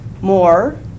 more